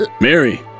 Mary